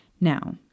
Now